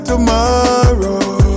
Tomorrow